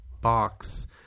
Box